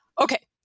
Okay